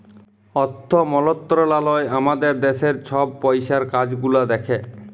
অথ্থ মলত্রলালয় আমাদের দ্যাশের ছব পইসার কাজ গুলা দ্যাখে